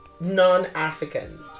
non-Africans